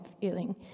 feeling